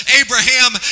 Abraham